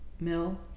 mill